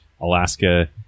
Alaska